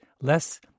less